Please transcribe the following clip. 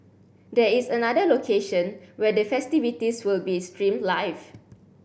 there is another location where the festivities will be streamed live